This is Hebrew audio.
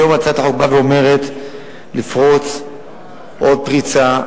היום הצעת החוק באה ואומרת לפרוץ עוד פריצה.